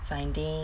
finding